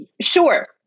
Sure